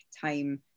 time